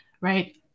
right